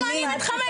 למה אני מתחמקת?